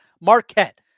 Marquette